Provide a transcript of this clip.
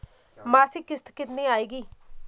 मासिक किश्त कितनी आएगी?